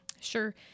Sure